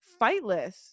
fightless –